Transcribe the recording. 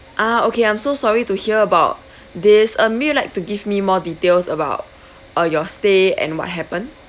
ah okay I'm so sorry to hear about this uh maybe you like to give me more details about uh your stay and what happened